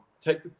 take